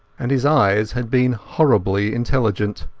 and his eyes had been horribly intelligent.